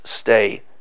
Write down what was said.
stay